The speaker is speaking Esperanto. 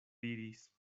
diris